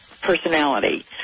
personality